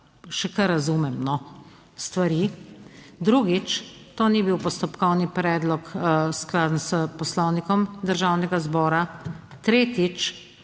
še kar razumem stvari. Drugič, to ni bil postopkovni predlog skladen s Poslovnikom Državnega zbora. Tretjič,